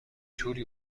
توری